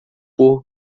por